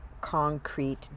concrete